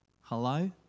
Hello